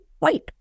wait